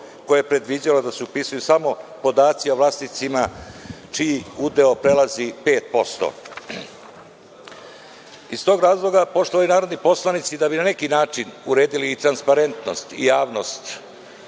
koje je predviđalo da se upisuju samo podaci o vlasnicima čiji udeo prelazi 5%.Iz tog razloga poštovani narodni poslanici, da bi na neki način uredili transparentnost i javnost